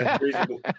reasonable